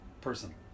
person